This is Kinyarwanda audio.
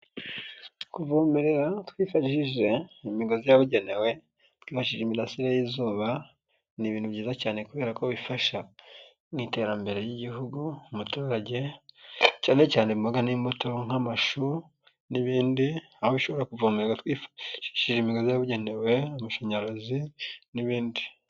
Kuvomerera twifashishije imigozi yabugenewe, twifashisha imirasire y'izuba, ni ibintu byiza cyane kubera ko bifasha mu iterambere ry'igihugu, umuturage, cyane cyane imboga n'imbuto nk'amashu n'ibindi, aho ushobora kuvomerera twifashishije imigozi yabugenewe, amashanyarazi n'ibindi.